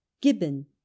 gibbon